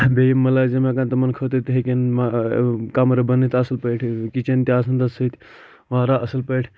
بیٚیہِ مُلٲزِم ہیٚکان تِمن خٲطرٕ تہِ ہیٚکَن کَمرٕ بٕنِتھ اصٕل پٲٹھۍ کِچَن تہِ آسان تَتھ سۭتۍ واریاہ اصٕل پٲٹھۍ